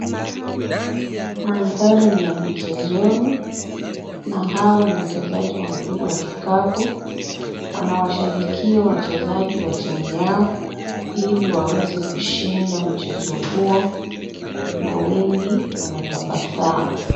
Mandhari ni ya michezoni na hawa ni wachezaji wa mpira wa kikapu. Wanawashabikia wachezaji wa timu yao ili waweze kushinda mchezo huo na wengi wanatabasamu.